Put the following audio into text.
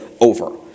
over